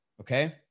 okay